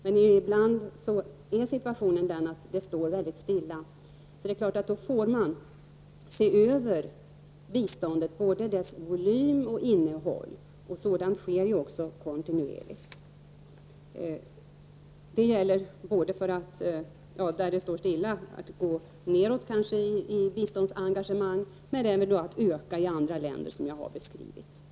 Men ibland är situationen den att det står mycket stilla och då får man se över biståndet, både dess volym och innehåll. Sådant sker ju också kontinuerligt. Det gäller ju både att gå nedåt i biståndsengagemang där det står stilla, men också att, som jag har beskrivit, öka i andra länder.